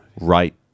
right